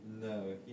No